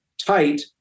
tight